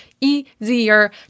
easier